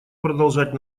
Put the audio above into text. продолжать